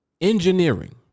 engineering